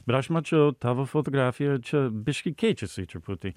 bet aš mačiau tavo fotografijoj čia biškį keičiasi čia tai